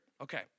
Okay